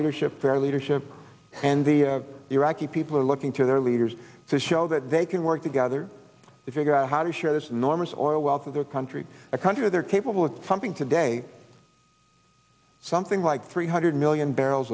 leadership their leadership and the iraqi people are looking to their leaders to show that they can work together to figure out how to share this enormous oil wealth of their country a country they're capable of something today something like three hundred million barrels